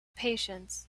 patience